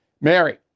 Mary